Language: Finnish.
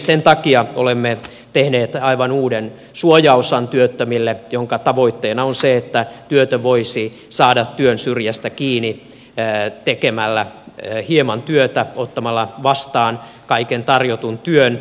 sen takia olemme tehneet aivan uuden suojaosan työttömille jonka tavoitteena on se että työtön voisi saada työn syrjästä kiinni tekemällä hieman työtä ottamalla vastaan kaiken tarjotun työn